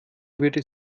würde